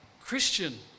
Christian